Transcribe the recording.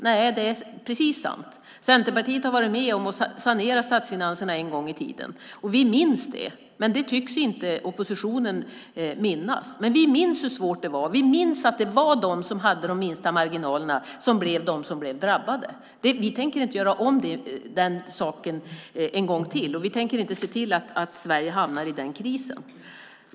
Nej, det är sant. Centerpartiet var med och sanerade statsfinanserna en gång i tiden. Vi minns det, men det tycks inte oppositionen minnas, hur svårt det var. Vi minns att det var de som hade de minsta marginalerna som blev drabbade. Vi tänker inte göra om den saken, och vi tänker inte se till att Sverige hamnar i en sådan kris.